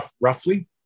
roughly